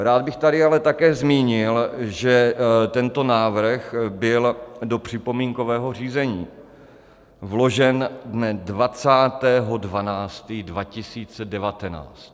Rád bych tady ale také zmínil, že tento návrh byl do připomínkového řízení vložen dne 20. 12. 2019.